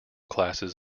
classes